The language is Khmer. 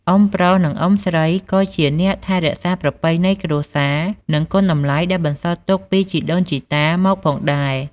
អ៊ុំប្រុស និងអ៊ុំស្រីក៏ជាអ្នកថែរក្សាប្រពៃណីគ្រួសារ និងគុណតម្លៃដែលបន្សល់ទុកពីជីដូនជីតាមកផងដែរ។